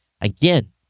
Again